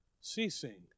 ceasing